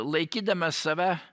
laikydamas save